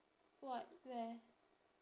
what where